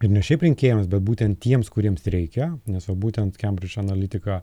ir ne šiaip rinkėjams bet būtent tiems kuriems reikia nes jau būtent kembridžo analitika